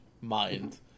mind